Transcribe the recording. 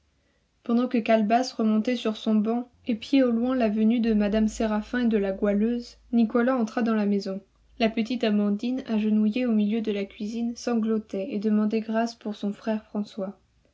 pendant que calebasse remontée sur son banc épiait au loin la venue de mme séraphin et de la goualeuse nicolas entra dans la maison la petite amandine agenouillée au milieu de la cuisine sanglotait et demandait grâce pour son frère françois